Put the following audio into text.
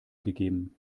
gegeben